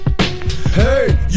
Hey